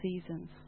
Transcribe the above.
seasons